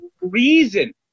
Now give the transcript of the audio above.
reason